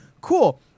Cool